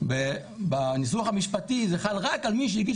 אבל בניסוח המשפטי זה חל רק על מי שהגיש